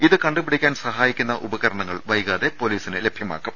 ഇത് കണ്ടുപിടി ക്കാൻ സഹായിക്കുന്ന ഉപകരണങ്ങൾ വൈകാതെ പൊലീസിന് ലഭ്യമാക്കും